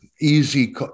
easy